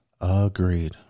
Agreed